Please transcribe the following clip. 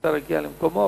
שהשר יגיע למקומו.